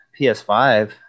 PS5